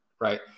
right